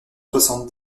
soixante